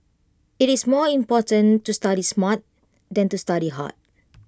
IT is more important to study smart than to study hard